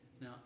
Now